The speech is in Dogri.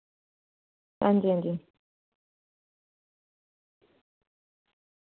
हां जी हां जी